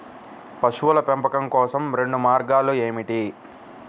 పశువుల పెంపకం కోసం రెండు మార్గాలు ఏమిటీ?